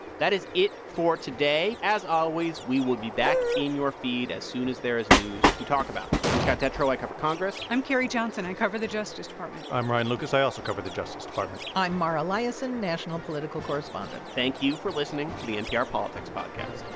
that is it for today. as always, we will be back in your feed as soon as there is news to talk about. i'm scott detrow. i cover congress i'm carrie johnson. i cover the justice department i'm ryan lucas. i also cover the justice department i'm mara liasson, national political correspondent thank you for listening to the npr politics podcast